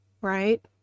right